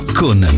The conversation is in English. con